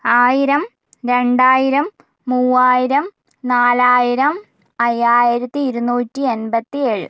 ആയിരം രണ്ടായിരം മൂവായിരം നാലായിരം അയ്യായിരത്തി ഇരുന്നൂറ്റി എമ്പത്തി ഏഴ്